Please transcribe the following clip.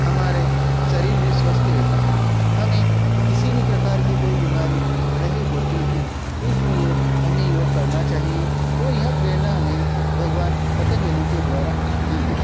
हमारे शरीर भी स्वस्थ रहता है हमें किसी भी प्रकार की कोई बीमारी नहीं होती है इसलिए हमें योग करना चाहिए और यह प्रेरणा हमें भगवान पतंजलि के द्वारा दी गई